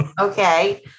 Okay